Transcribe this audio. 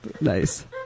Nice